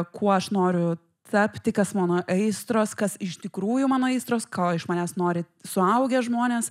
kuo aš noriu tapti kas mano aistros kas iš tikrųjų mano aistros ko iš manęs nori suaugę žmonės